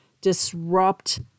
disrupt